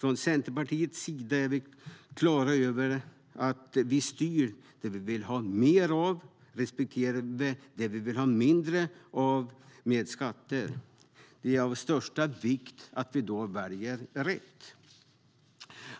I Centerpartiet är vi klara över att man styr det man vill ha mer av respektive det man vill ha mindre av med hjälp av skatter. Det är av största vikt att man då väljer rätt.